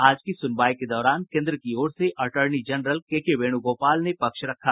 आज की सुनवाई के दौरान केन्द्र की ओर से अटॉर्नी जनरल केके वेणुगोपाल ने पक्ष रखा